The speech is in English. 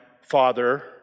father